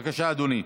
בבקשה, אדוני,